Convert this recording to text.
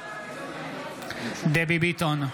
בעד דבי ביטון,